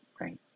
right